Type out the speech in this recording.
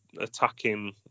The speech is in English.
attacking